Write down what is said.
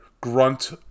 grunt